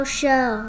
show